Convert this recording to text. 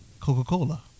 Coca-Cola